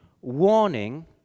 warning